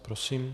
Prosím.